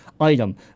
item